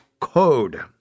code